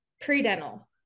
pre-dental